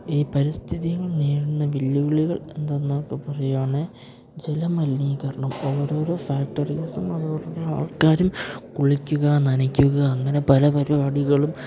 ഈ പരിസ്ഥിതികൾ നേരിടുന്ന വെല്ലുവിളികൾ എന്തെന്ന് ഒക്കെ പറയാണേ ജലമലിനീകരണം ഓരോരോ ഫാക്ടറീസും അതുപോലെ തന്നെ ആൾക്കാരും കുളിക്കുക നനയ്ക്കുക അങ്ങനെ പല പരിപാടികളും